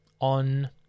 on